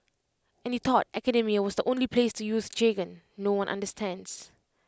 and you thought academia was the only place to use jargon no one understands